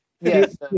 Yes